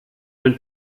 den